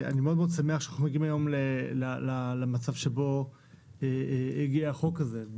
אני מאוד שמח שאנחנו מגיעים היום למצב שבו הגיע החוק הזה.